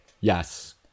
Yes